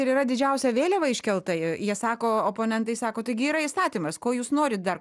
ir yra didžiausia vėliava iškelta ji jie sako oponentai sako taigi yra įstatymas ko jūs norit dar